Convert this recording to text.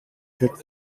hit